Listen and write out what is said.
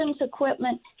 equipment